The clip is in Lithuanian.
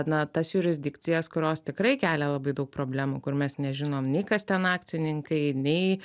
na tas jurisdikcijas kurios tikrai kelia labai daug problemų kur mes nežinom nei kas ten akcininkai nei